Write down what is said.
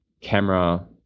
camera